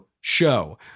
show